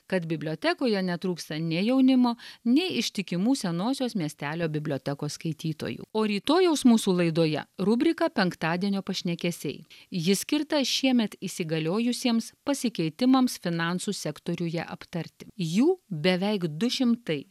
kad bibliotekoje netrūksta nei jaunimo nei ištikimų senosios miestelio bibliotekos skaitytojų o rytojaus mūsų laidoje rubrika penktadienio pašnekesiai ji skirta šiemet įsigaliojusiems pasikeitimams finansų sektoriuje aptarti jų beveik du šimtai